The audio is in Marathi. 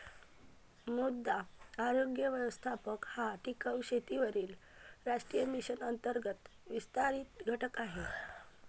मृदा आरोग्य व्यवस्थापन हा टिकाऊ शेतीवरील राष्ट्रीय मिशन अंतर्गत विस्तारित घटक आहे